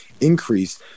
Increase